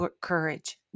courage